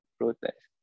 protest